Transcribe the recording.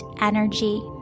energy